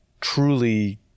truly